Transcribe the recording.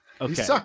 okay